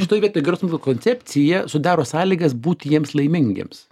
šitoj vietoj geros koncepcija sudaro sąlygas būti jiems laimingiems